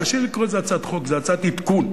קשה לקרוא לזה הצעת חוק, זו הצעת עדכון,